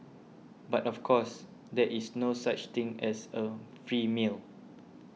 but of course there is no such thing as a free meal